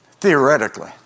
Theoretically